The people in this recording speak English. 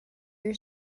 your